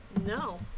No